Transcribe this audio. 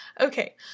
Okay